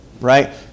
Right